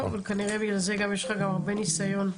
יש לך גם הרבה ניסיון.